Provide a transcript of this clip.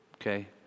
Okay